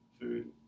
food